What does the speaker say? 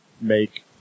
make